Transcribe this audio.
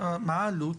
מה העלות?